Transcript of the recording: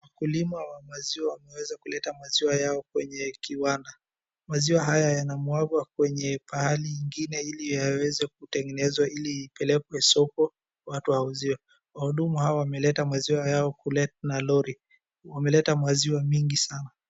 Wakulima wa maziwa wameweza kuleta maziwa yao kwenye kiwanda. Maziwa haya yanamwagwa kwenye pahali ingine ili yaweze kutengenezwa, ili ipelekwe soko, watu wauziwe. Wahudumu hawa wameleta maziwa yao na lori. Wameleta maziwa mingi sana.